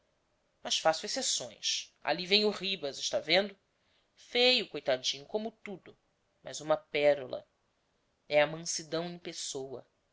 mas faço exceções ali vem o ribas está vendo feio coitadinho como tudo mas uma pérola é a mansidão em pessoa